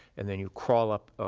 and then you crawl up